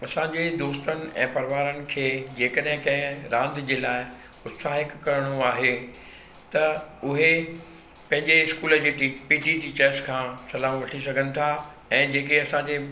असांजे दोस्तनि ऐं परिवारनि खे जेकॾहिं कंहिं रांदि जे लाइ प्रोत्साहित करिणो आहे त उहे पंहिंजे इस्कूल जे टी पी टी टिचर्स खां सलाहूं वठी सघनि था ऐं जेके असांजे